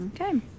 Okay